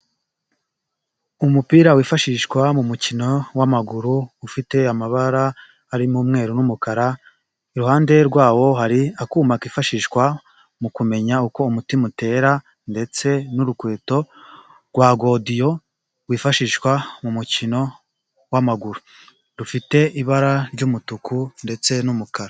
Umupira wifashishwa mu mukino w'amaguru, ufite amabara arimo umweru n'umukara, iruhande rwawo hari akuma kifashishwa mu kumenya uko umutima utera, ndetse n'urukweto rwa godiyo, rwifashishwa mu mukino w'amaguru. Rufite ibara ry'umutuku ndetse n'umukara.